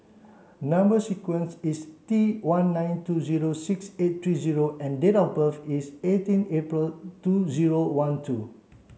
number sequence is T one nine two zero six eight three O and date of birth is eighteen April two zero one two